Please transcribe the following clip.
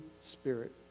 Spirit